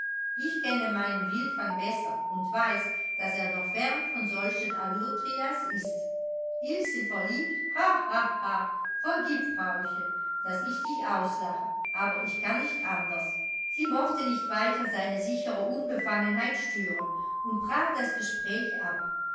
ich kenne meinen wildfang besser und weiß daß er noch fern von solchen allotrias ist ilschen verliebt ha ha ha vergieb frauchen daß ich dich auslache aber ich kann nicht anders sie mochte nicht weiter seine sichere unbefangenheit stören und brach das gespräch ab